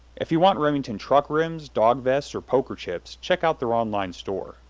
if you want remington truck rims, dog vests, or poker chips, check out their online store.